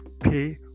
pay